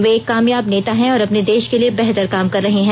वे एक कामयाब नेता हैं और अपने देश के लिए बेहतर काम कर रहे हैं